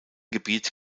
gebiet